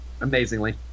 amazingly